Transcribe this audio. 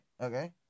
Okay